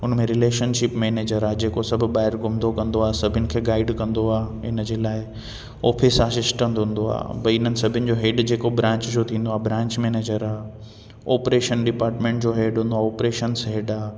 उन में relationship manager आहे जेको सभु ॿाहिरि घुमंदो कंदो आहे सभिनि खे गाइड कंदो आहे इन जे लाइ ऑफिस सां सिस्टम हूंदो आहे भाई इन्हनि सभिनि जो हेड जेको ब्रांच जो थींदो आहे ब्रांच मैनेजर आहे ऑपरेशन डिपार्ट्मेंट्स जो हेड हूंदो आहे ऑपरेशन्स हेड आहे